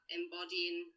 embodying